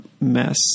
mess